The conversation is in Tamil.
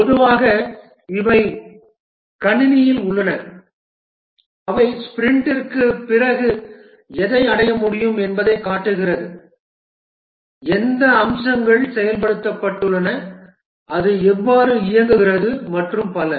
பொதுவாக இவை கணினியில் உள்ளன அவை ஸ்பிரிண்டிற்குப் பிறகு எதை அடைய முடியும் என்பதைக் காட்டுகின்றன எந்த அம்சங்கள் செயல்படுத்தப்பட்டுள்ளன அது எவ்வாறு இயங்குகிறது மற்றும் பல